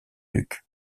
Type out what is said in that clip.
duc